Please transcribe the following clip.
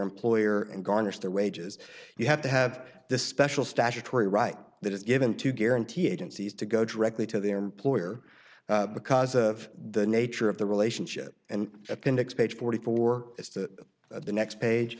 employer and garnish their wages you have to have this special statutory right that is given to guarantee agencies to go directly to the employer because of the nature of the relationship and appendix page forty four is to the next page